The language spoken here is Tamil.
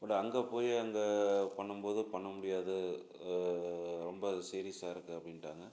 பட் அங்கே போய் அங்கே பண்ணும் போது பண்ண முடியாது ரொம்ப சீரியஸ்ஸாக இருக்குது அப்படின்ட்டாங்க